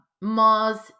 Mars